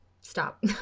Stop